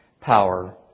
power